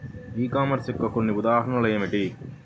ఈ కామర్స్ యొక్క కొన్ని ఉదాహరణలు ఏమిటి?